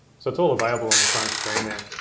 so it's all available on the front screen there.